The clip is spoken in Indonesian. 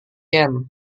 yen